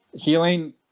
Healing